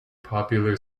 popular